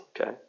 Okay